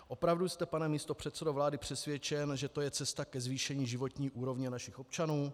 Opravdu jste, pane místopředsedo vlády, přesvědčen, že to je cesta ke zvýšení životní úrovně našich občanů?